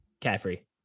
Caffrey